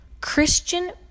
Christian